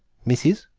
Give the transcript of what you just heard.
mrs?